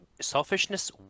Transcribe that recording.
Selfishness